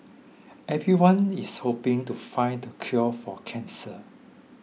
everyone is hoping to find the cure for cancer